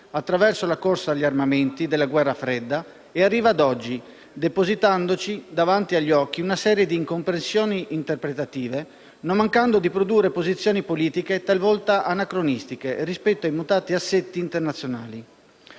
attraverso la corsa agli armamenti della guerra fredda, e arriva a oggi, depositandoci davanti agli occhi una serie di incomprensioni interpretative, non mancando di produrre posizioni politiche talvolta anacronistiche rispetto ai mutati assetti internazionali.